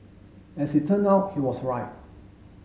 as it turned out he was right